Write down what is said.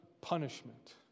punishment